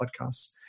podcasts